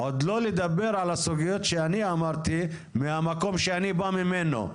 ועוד לא נדבר על הסוגיות שאני אמרתי מהמקום שאני בא ממנו.